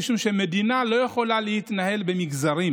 משום שמדינה לא יכולה להתנהל במגזרים,